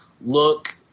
look